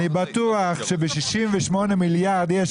אני בטוח שבתקציב של 68 מיליארד שקלים יש